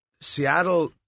Seattle